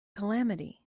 calamity